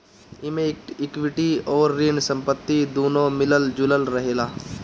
एमे इक्विटी अउरी ऋण संपत्ति दूनो मिलल जुलल रहेला